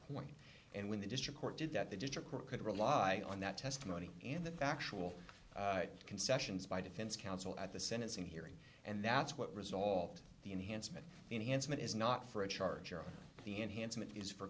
point and when the district court did that the district court could rely on that testimony in the actual concessions by defense counsel at the sentencing hearing and that's what resolved the enhancement enhancement is not for a charge of the enhancement is for